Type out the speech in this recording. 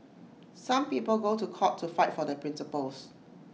some people go to court to fight for their principles